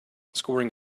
scoring